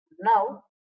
now